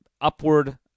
upward